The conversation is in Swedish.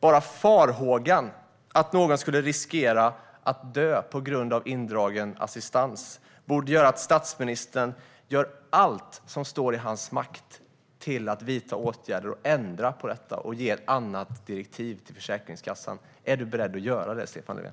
Bara farhågan att någon skulle riskera att dö på grund av indragen assistans borde göra att statsministern gör allt som står i hans makt för att vidta åtgärder och ge ett annat direktiv till Försäkringskassan. Är du beredd att göra det, Stefan Löfven?